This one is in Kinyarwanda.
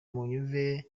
munyumve